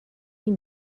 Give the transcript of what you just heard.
این